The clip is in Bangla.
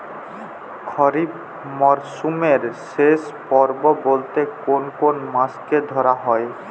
খরিপ মরসুমের শেষ পর্ব বলতে কোন কোন মাস কে ধরা হয়?